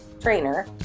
trainer